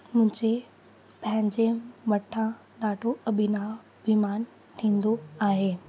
मुंहिंजे पंहिंजे मथां ॾाढो अभिनव अभिमान थींदो आहे